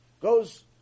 goes